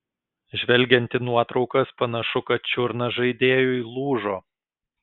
žvelgiant į nuotraukas panašu kad čiurna žaidėjui lūžo